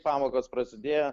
pamokos prasidėjo